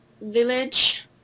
village